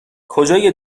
کجای